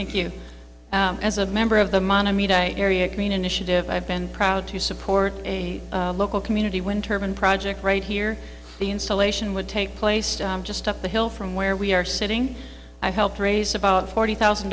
thank you as a member of the area green initiative i've been proud to support a local community when turman project right here the installation would take place just up the hill from where we are sitting i helped raise about forty thousand